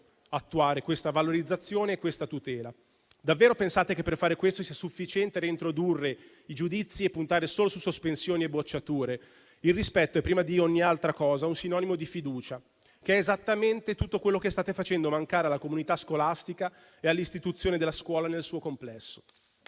attuare questa valorizzazione e questa tutela. Davvero pensate che per fare questo sia sufficiente reintrodurre i giudizi e puntare solo su sospensioni e bocciature? Il rispetto è, prima di ogni altra cosa, un sinonimo di fiducia, che è esattamente tutto quello che state facendo mancare alla comunità scolastica e all'istituzione della scuola nel suo complesso.